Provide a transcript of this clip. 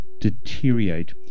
deteriorate